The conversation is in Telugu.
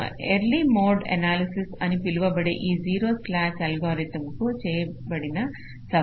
ఎర్లీ మోడ్ ఎనాలసిస్ అని పిలువబడే ఈ ZSA అల్గోరిథం కు చేయబడిన సవరణ